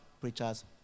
preachers